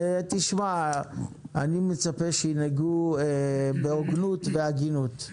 תשמע, אני מצפה שינהגו בהוגנות ובהגינות.